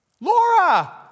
Laura